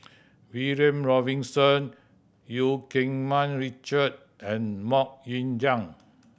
William Robinson Eu Keng Mun Richard and Mok Ying Jang